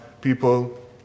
people